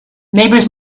neighbors